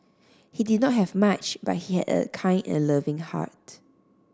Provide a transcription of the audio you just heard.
he did not have much but he had a kind and loving heart